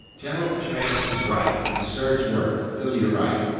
general petraeus is right. the surge worked. phil, you're right.